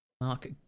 Mark